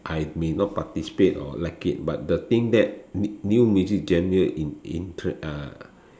I may not participate or like it but the thing that new new music genre in in tre~ uh